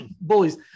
bullies